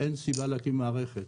אין סיבה להקים מערכת